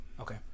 Okay